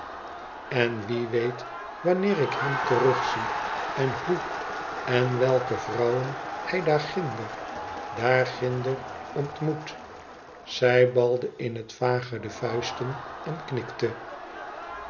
en wie weet wanneer ik hem terug zie en hoe en welke vrouwen hij daar ginder daar ginder ontmoet zij balde in het vage de vuisten en snikte